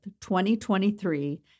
2023